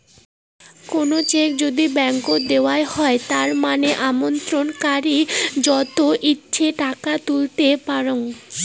কুনো চেক যদি ব্ল্যান্ক দেওয়াঙ হই তার মানে আমানতকারী যত ইচ্ছে টাকা তুলতে পারাং